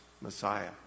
Messiah